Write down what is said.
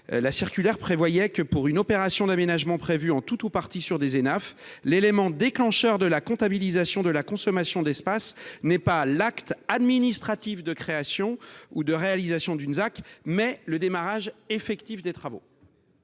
circulaire, que, « pour une opération d’aménagement prévue en tout ou partie sur des Enaf, l’élément déclencheur de la comptabilisation de la consommation d’espaces n’est pas l’acte administratif de création ou de réalisation d’une ZAC, mais le démarrage effectif des travaux